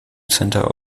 centre